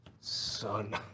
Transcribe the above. Son